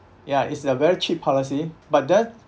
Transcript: ya it's a very cheap policy but that